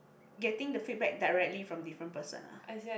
getting the feedback directly from different person ah